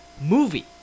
movie